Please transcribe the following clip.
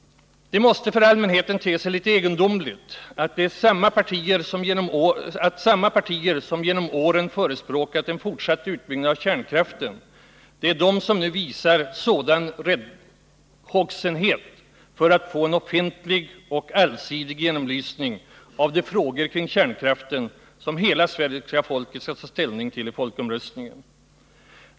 Det måste för allmänheten te sig litet egendomligt att samma partier som genom åren förespråkat en fortsatt utbyggnad av kärnkraften nu visar stor räddhågsenhet när det gäller att få en offentlig och allsidig genomlysning av de frågor kring kärnkraften som hela folket skall ta ställning till i folkomröstningen.